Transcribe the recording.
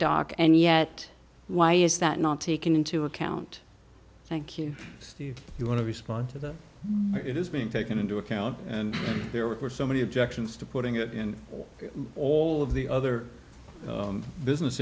dock and yet why is that not taken into account thank you if you want to respond to that it is being taken into account and there were so many objections to putting it in all of the other business